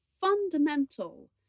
fundamental